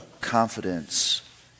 confidence